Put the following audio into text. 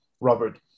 Robert